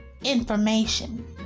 information